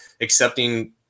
accepting